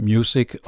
Music